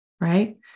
right